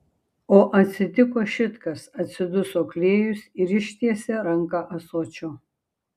o atsitiko šit kas atsiduso klėjus ir ištiesė ranką ąsočio